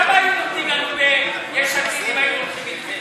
כמה היו נותנים לנו ביש עתיד אם היינו הולכים אתכם?